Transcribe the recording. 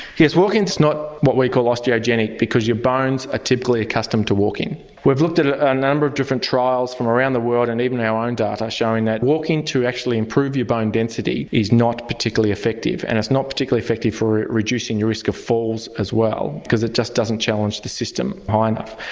yes, walking is not what we call osteogenic because your bones are typically accustomed to walking. we've looked at a number of different trials from around the world and even our own data showing that walking to actually improve your bone density is not particularly effective and it's not particularly effective for reducing your risk of falls as well because it just doesn't challenge the system high enough.